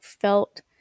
felt